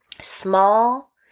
Small